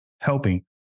helping